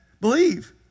believe